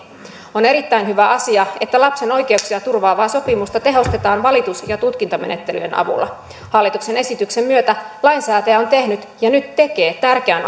on erittäin hyvä asia että lapsen oikeuksia turvaavaa sopimusta tehostetaan valitus ja tutkintamenettelyjen avulla hallituksen esityksen myötä lainsäätäjä on tehnyt ja nyt tekee tärkeän